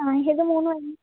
ആ ഇത് മൂന്ന് മതി